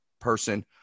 person